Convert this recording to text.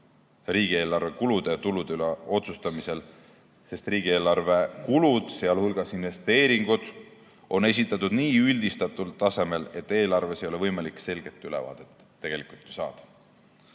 riigieelarve kulude ja tulude üle otsustamisel, sest riigieelarve kulud, sh investeeringud, on esitatud nii üldistatud tasemel, et eelarves ei ole võimalik selget ülevaadet saada.